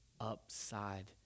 upside